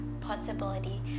possibility